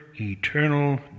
eternal